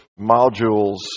modules